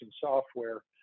software